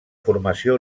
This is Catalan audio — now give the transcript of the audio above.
formació